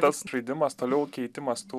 tas žaidimas toliau keitimas tų